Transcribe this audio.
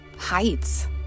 heights